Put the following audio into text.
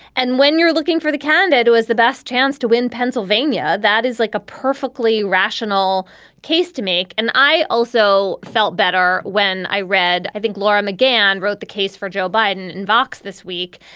and when you're looking for the candidate who has the best chance to win pennsylvania, that is like a perfectly rational case to make. and i also felt better when i read. i think laura mcgann wrote the case for joe biden inbox this week.